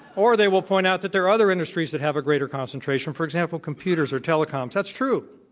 or they will point out that there are other industries that have a greater concentration, for example computers or telecoms, that's true.